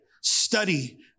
study